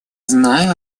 знаю